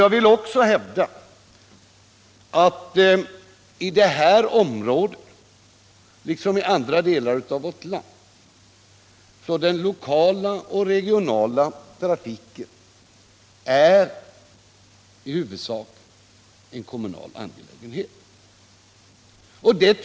Jag vill också hävda att i det här aktuella området, liksom i andra delar av vårt land, är den lokala och regionala trafiken i huvudsak en kommunal angelägenhet.